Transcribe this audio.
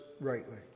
rightly